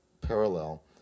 parallel